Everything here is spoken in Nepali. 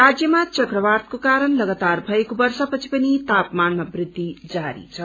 राज्यमा चक्रवातको कारण लगातार भएको वर्षा वछि पनि तापमानमा वृद्धि जारी छ